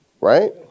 Right